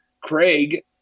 Craig